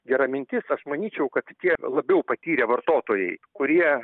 gera mintis aš manyčiau kad tie labiau patyrę vartotojai kurie